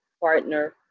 partner